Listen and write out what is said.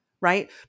right